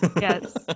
Yes